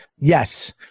Yes